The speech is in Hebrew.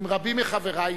עם רבים מחברי,